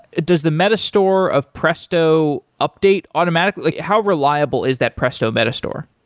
does the meta store of presto update automatically? how reliable is that presto meta store?